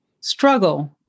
struggle